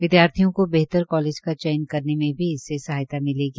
विदयार्थियों को बेहतर कॉलेज का चयन करने में भी इससे सहायता मिलेगी